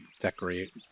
decorate